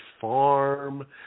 farm